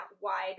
wide